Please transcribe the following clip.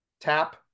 tap